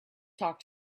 talk